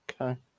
Okay